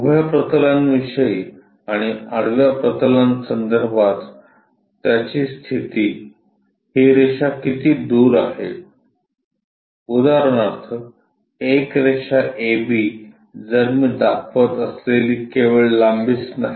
उभ्या प्रतलांविषयी आणि आडव्या प्रतलांसंदर्भात त्याची स्थिती ही रेषा किती दूर आहे उदाहरणार्थ एक रेषा AB जर मी दाखवत असलेली केवळ लांबीच नाही